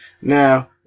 Now